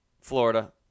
Florida